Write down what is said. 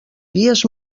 dies